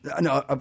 no